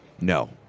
No